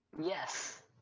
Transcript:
Yes